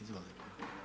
Izvolite.